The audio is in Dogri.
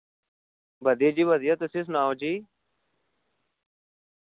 बधिया जी बधिया तुसी सनाओ जी